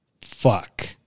fuck